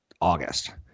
August